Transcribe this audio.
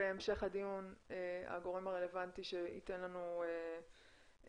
בהמשך הדיון את הגורם הרלוונטי שייתן לנו את